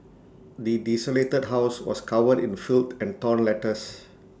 the desolated house was covered in filth and torn letters